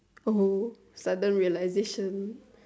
oh sudden realisation